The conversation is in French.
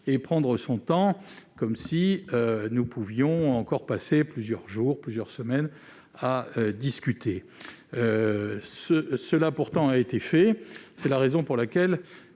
et prendre son temps, comme si nous pouvions encore passer plusieurs jours, voire plusieurs semaines à discuter. C'est pourtant ce qui s'est passé. C'est la raison pour laquelle